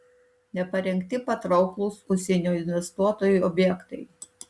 neparengti patrauklūs užsienio investuotojui objektai